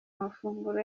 mafunguro